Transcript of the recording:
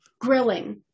grilling